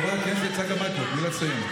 חברת הכנסת צגה מלקו, תני לה לסיים.